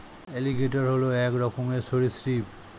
alligator হল এক রকমের সরীসৃপ